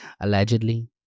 allegedly